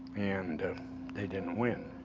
and they didn't win.